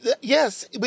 Yes